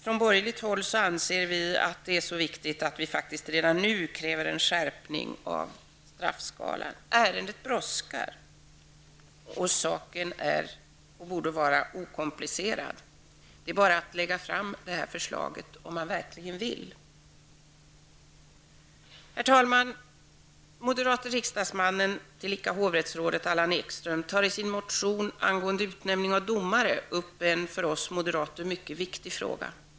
Från borgerligt håll anser vi att det är så viktigt att vi faktiskt redan nu kräver en skärpning av straffskalan. Ärendet brådskar, och saken borde vara okomplicerad. Det är bara att lägga fram förslaget, om man verkligen vill. Herr talman! Moderate riksdagsmannen, tillika hovrättsrådet, Allan Ekström tar i sin motion angående utnämning av domare upp en för oss moderater mycket viktig fråga.